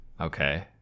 Okay